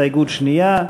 הסתייגות שנייה.